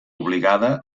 obligada